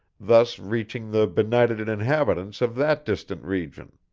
thus reaching the benighted inhabitants of that distant region.